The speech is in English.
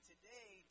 today